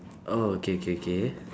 oh okay okay okay